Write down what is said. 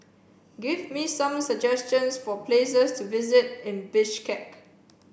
give me some suggestions for places to visit in Bishkek